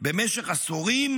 במשך עשורים,